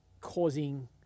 causing